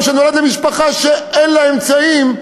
או שנולד למשפחה שאין לה אמצעים,